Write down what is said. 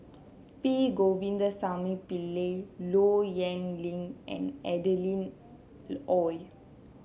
P Govindasamy Pillai Low Yen Ling and Adeline Ooi